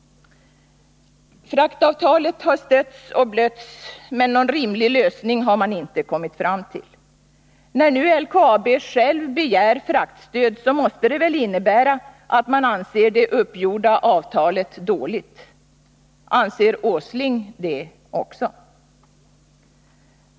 Fraktavtalet har stötts och blötts, men någon rimlig lösning har man inte kommit fram till. När nu LKAB självt begär fraktstöd, så måste det väl innebära att man anser att det uppgjorda avtalet är dåligt. Anser Nils Åsling det också?